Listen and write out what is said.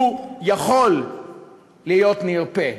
הוא יכול להיות נרפה,